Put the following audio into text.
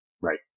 Right